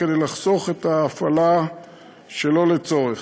כדי לחסוך את ההפעלה שלא לצורך.